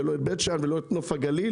לא את בית שאן ולא את נוף הגליל,